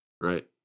Right